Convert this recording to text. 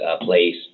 place